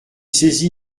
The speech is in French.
saisi